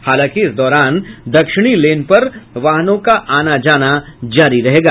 हालांकि इस दौरान दक्षिणी लेन पर वाहनों का आना जाना जारी रहेगा